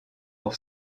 pour